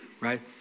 right